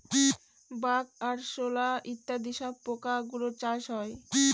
bug, আরশোলা ইত্যাদি সব পোকা গুলোর চাষ হয়